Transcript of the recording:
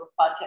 podcast